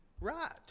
right